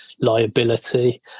liability